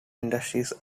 industries